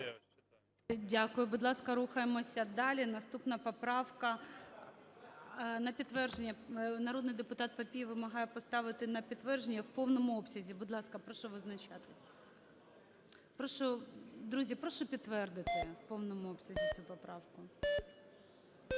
Дякую. Будь ласка, рухаємося далі. Наступна поправка… На підтвердження… Народний депутат Папієв вимагає поставити на підтвердження в повному обсязі. Будь ласка, прошу визначатись. Прошу, друзі, прошу підтвердити в повному обсязі цю поправку.